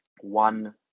one